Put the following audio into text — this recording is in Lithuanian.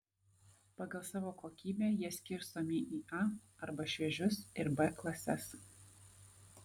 pagal savo kokybę jie skirstomi į a arba šviežius ir b klases